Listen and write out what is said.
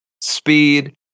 Speed